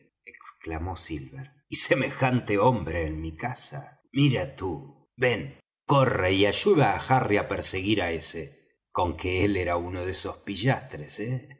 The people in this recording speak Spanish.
exclamó silver y semejante hombre en mi casa mira tú ben corre y ayuda á harry á perseguir á ese con que él era uno de esos pillastres eh